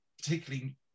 Particularly